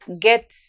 get